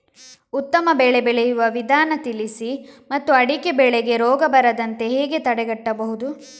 ಉತ್ತಮ ಬೆಳೆ ಬೆಳೆಯುವ ವಿಧಾನ ತಿಳಿಸಿ ಮತ್ತು ಅಡಿಕೆ ಬೆಳೆಗೆ ರೋಗ ಬರದಂತೆ ಹೇಗೆ ತಡೆಗಟ್ಟಬಹುದು?